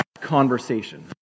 conversation